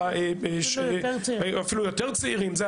צעירים.